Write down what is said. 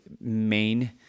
main